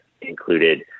included